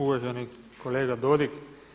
Uvaženi kolega Dodig.